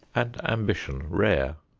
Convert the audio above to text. and ambition rare.